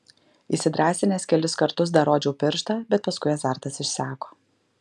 įsidrąsinęs kelis kartus dar rodžiau pirštą bet paskui azartas išseko